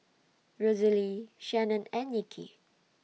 Rosalee Shannon and Nikki